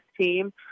team